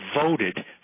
voted